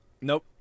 Nope